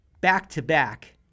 back-to-back